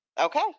Okay